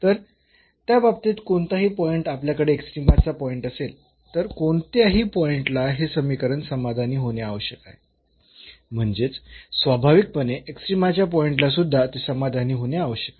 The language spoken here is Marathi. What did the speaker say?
तर त्या बाबतीत कोणताही पॉईंट आपल्याकडे एक्स्ट्रीमाचा पॉईंट असेल तर कोणत्याही पॉईंटला हे समीकरण समाधानी होणे आवश्यक आहे म्हणजेच स्वाभाविक पणे एक्स्ट्रीमाच्या पॉईंटला सुद्धा ते समाधानी होणे आवश्यक आहे